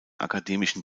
akademischen